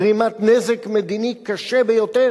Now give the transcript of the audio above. גרימת נזק מדיני קשה ביותר.